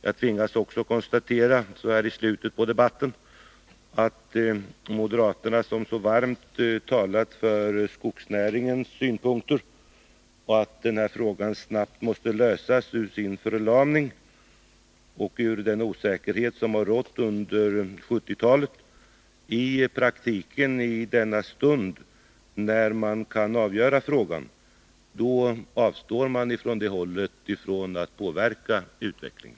I slutet av denna debatt tvingas jag också konstatera att moderaterna, som så varmt har talat för skogsnäringens intressen och sagt att den här frågan snabbt måste lösas och att man måste komma ur den förlamning och den osäkerhet som har rått under 1970-talet, i praktiken och i denna stund, när man kan avgöra frågan, avstår från möjligheten att påverka utvecklingen.